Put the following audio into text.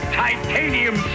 titanium